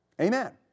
Amen